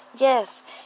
Yes